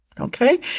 okay